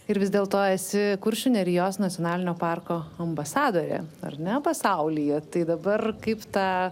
ir vis dėlto esi kuršių nerijos nacionalinio parko ambasadorė ar ne pasaulyje tai dabar kaip tą